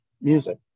music